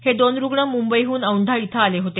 हे दोन रुग्ण मुंबईहून औंढा इथं आले होते